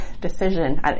decision